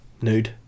nude